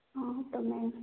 ହଁ ତୁମେ